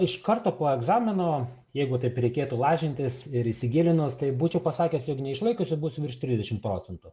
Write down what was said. iš karto po egzamino jeigu taip reikėtų lažintis ir įsigilinus tai būčiau pasakęs jog neišlaikiusių bus virš trisdešim procentų